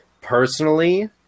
personally